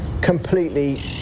completely